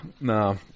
no